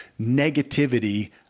negativity